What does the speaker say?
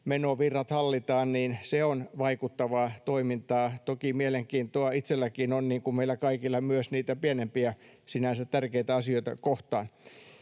menovirrat hallitaan, niin se on vaikuttavaa toimintaa. Toki mielenkiintoa itselläkin on, niin kuin meillä kaikilla, myös niitä pienempiä, sinänsä tärkeitä asioita kohtaan.